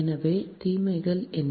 எனவே தீமைகள் என்ன